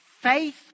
faith